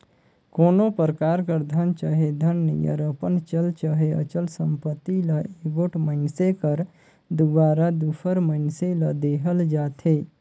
कोनो परकार कर धन चहे धन नियर अपन चल चहे अचल संपत्ति ल एगोट मइनसे कर दुवारा दूसर मइनसे ल देहल जाथे